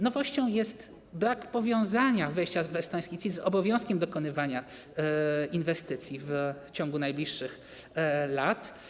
Nowością jest brak powiązania zastosowania estońskiego CIT z obowiązkiem dokonywania inwestycji w ciągu najbliższych lat.